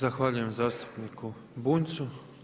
Zahvaljujem zastupniku Bunjcu.